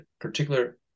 particular